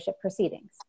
proceedings